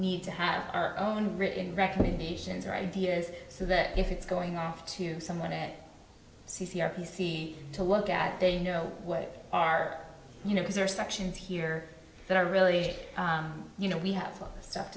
need to have our own written recommendations or ideas so that if it's going off to someone at c c r p c to look at they know what are you know there are sections here that are really you know we have stuff